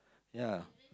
ya